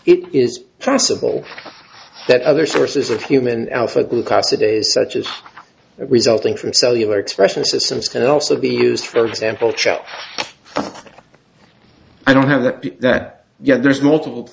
it is possible that other sources of human ethical cassaday such as resulting from cellular expression systems can also be used for example i don't have that that yet there's multiple